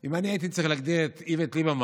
אם אני הייתי צריך להגדיר את איווט ליברמן,